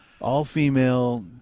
all-female